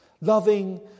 Loving